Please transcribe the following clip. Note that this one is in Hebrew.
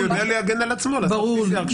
הוא יודע להגן על עצמו, לעשות PCR כשהוא צריך.